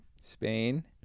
Spain